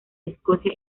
escocia